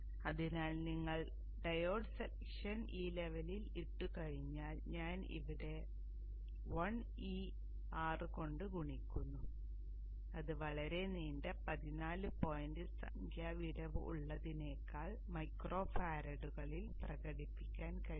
അതിനാൽ നിങ്ങൾ diode selection ഈ ലെവലിൽ ഇട്ടുകഴിഞ്ഞാൽ ഞാൻ ഇവിടെ 1e6 കൊണ്ട് ഗുണിക്കുന്നു അത് വളരെ നീണ്ട 14 പോയിന്റ് സംഖ്യ വിടവ് ഉള്ളതിനേക്കാൾ മൈക്രോ ഫാരഡുകളിൽ പ്രകടിപ്പിക്കാൻ കഴിയും